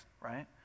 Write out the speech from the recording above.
right